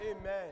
Amen